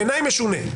בעיניי זה משונה.